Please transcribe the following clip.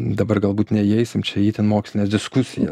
dabar galbūt neįeisim čia į itin mokslines diskusija